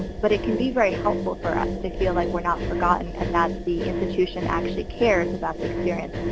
but it can be very helpful for us to feel like we're not forgotten and that the institution actually cares about the experience,